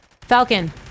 Falcon